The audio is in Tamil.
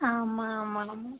ஆமாம் ஆமாம் ஆமாம்